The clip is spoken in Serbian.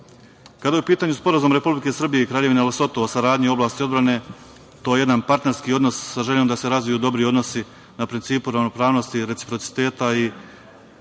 je u pitanju Sporazum Republike Srbije i Kraljevine Lesoto o saradnji u oblasti odbrane, to je jedan partnerski odnos sa željom da se razviju dobri odnosi na principu ravnopravnosti, reciprociteta i